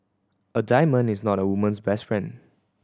a diamond is not a woman's best friend